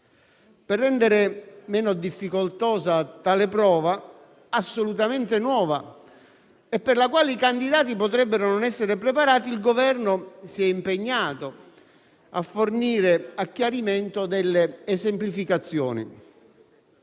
Per rendere meno difficoltosa tale prova, assolutamente nuova e per la quale i candidati potrebbero non essere preparati, il Governo si è impegnato a fornire a chiarimento delle esemplificazioni.